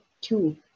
Two